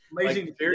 amazing